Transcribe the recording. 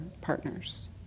partners